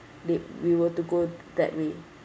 the~ we were to go that way